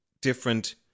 different